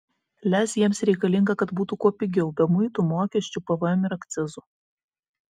lez jiems reikalinga kad būtų kuo pigiau be muitų mokesčių pvm ir akcizų